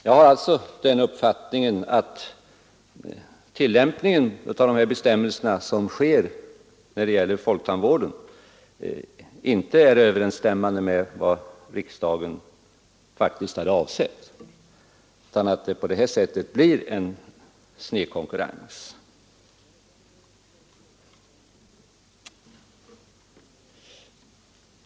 Jag har alltså uppfattningen att tillämpningen av dessa bestämmelser inom folktandvården inte överensstämmer med vad riksdagen faktiskt hade avsett. På detta sätt blir det en sned konkurrens.